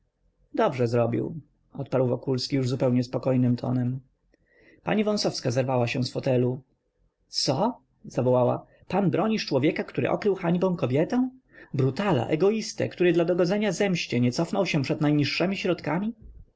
dobrze zrobił odparł wokulski już zupełnie spokojnym tonem pani wąsowska zerwała się z fotelu co zawołała pan bronisz człowieka który okrył hańbą kobietę brutala egoistę który dla dogodzenia zemście nie cofnął się przed najniższemi środkami